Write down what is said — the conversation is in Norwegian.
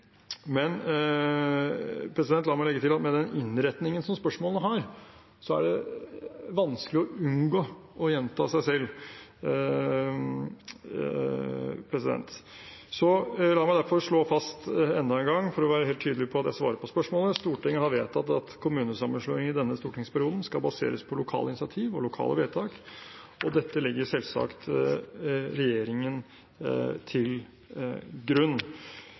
Men la meg legge til at med den innretningen som spørsmålene har, er det vanskelig å unngå å gjenta seg selv. La meg derfor slå fast enda en gang, for å være helt tydelig på at jeg svarer på spørsmålet: Stortinget har vedtatt at kommunesammenslåing i denne stortingsperioden skal baseres på lokale initiativ og lokale vedtak, og dette legger selvsagt regjeringen til grunn.